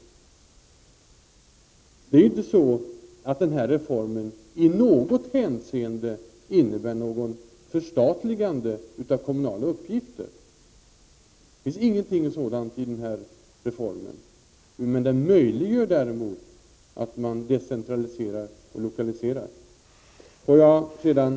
Denna reform innebär inte i något hänseende ett förstatligande av kommunala uppgifter. Det finns ingenting sådant i denna reform. Men den möjliggör däremot en decentralisering och lokalisering. Herr talman!